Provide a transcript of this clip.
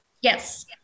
yes